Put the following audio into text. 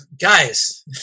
guys